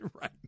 Right